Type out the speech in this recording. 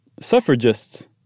Suffragists